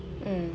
mm